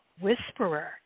whisperer